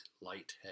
lightheaded